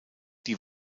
die